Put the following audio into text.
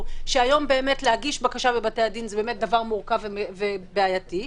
כי להגיש בקשה היום זה דבר מורכב ובעייתי.